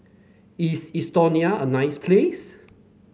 is Estonia a nice place